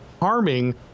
Harming